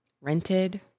rented